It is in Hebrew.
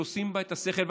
שעושים בה את השכל,